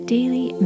Daily